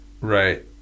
Right